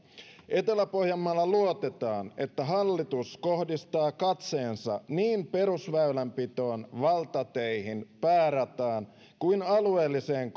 etelä pohjanmaalla luotetaan että hallitus kohdistaa katseensa niin perusväylänpitoon valtateihin päärataan kuin alueelliseen